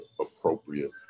appropriate